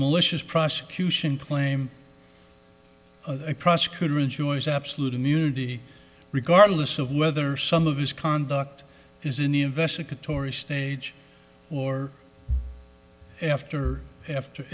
malicious prosecution claim a prosecutor enjoys absolute immunity regardless of whether some of his conduct is in the investigatory stage or after after